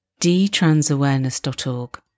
dtransawareness.org